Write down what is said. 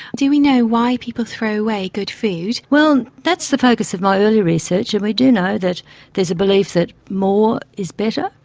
do we know why people throw away good food? that's the focus of my earlier research and we do know that there's a belief that more is better.